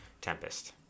Tempest